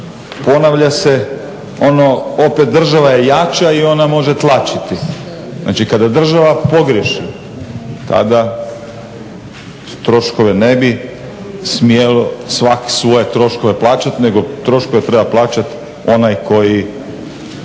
ponavlja se opet ono država je jača i ona može tlačiti. Znači kada država pogriješi tada troškove ne bi svako svoje troškove plaćati nego troškove treba plaćati onaj tko